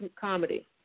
comedy